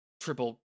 triple